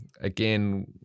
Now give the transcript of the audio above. again